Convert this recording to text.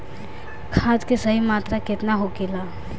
खाद्य के सही मात्रा केतना होखेला?